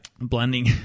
Blending